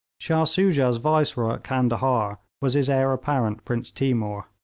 shah soojah's viceroy at candahar was his heir-apparent prince timour.